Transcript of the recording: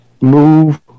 move